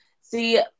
see